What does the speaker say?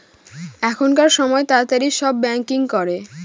এখনকার সময় তাড়াতাড়ি সব ব্যাঙ্কিং করে